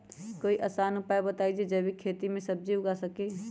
कोई आसान उपाय बताइ जे से जैविक खेती में सब्जी उगा सकीं?